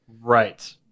Right